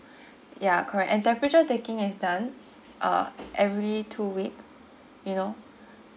ya correct and temperature taking is done uh every two weeks you know